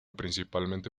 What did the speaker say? principalmente